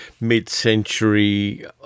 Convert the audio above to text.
mid-century